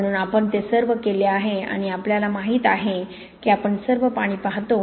म्हणून आपण ते सर्व केले आहे आणि आपल्याला माहित आहे की आपण सर्व पाणी पाहतो